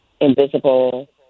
invisible